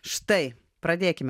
štai pradėkime